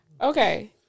okay